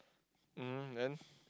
mm then